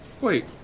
Wait